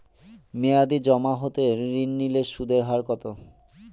মেয়াদী জমা হতে ঋণ নিলে সুদের হার কত?